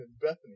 Bethany